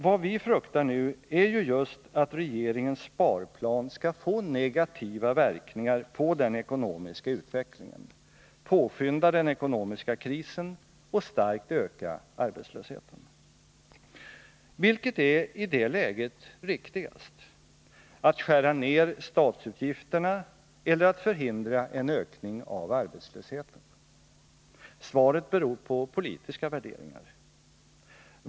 Vad vi fruktar nu är ju just att regeringens sparplan skall få negativa verkningar på den ekonomiska utvecklingen, påskynda den ekonomiska krisen och starkt öka arbetslösheten. Vilket är i det läget riktigast — att skära ned statsutgifterna eller att förhindra en ökning av arbetslösheten? Svaret beror på politiska värderingar.